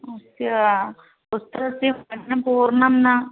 अस्य पुस्तकस्य वर्णं पूर्णं न